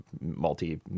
multi